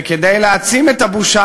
וכדי להעצים את הבושה,